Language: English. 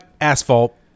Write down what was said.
asphalt